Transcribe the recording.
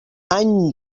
any